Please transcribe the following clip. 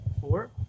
four